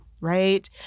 right